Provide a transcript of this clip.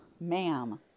Ma'am